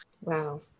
Wow